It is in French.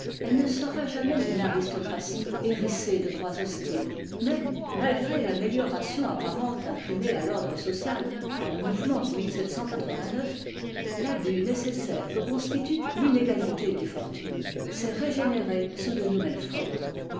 elle ne sera jamais une aristocratie hérissée de droits hostiles mais malgré l'amélioration apparente imprimée à l'ordre social par le mouvement de l'abus nécessaire que constitue l'inégalité des fortunes s'est régénéré sous de nouvelles formes